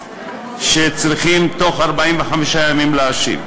שצריכים תוך 45 ימים להשיב.